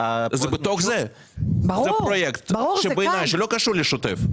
זה פרויקט שלא קשור לשוטף.